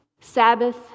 Sabbath